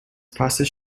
process